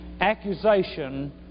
Accusation